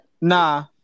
Nah